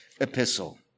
epistle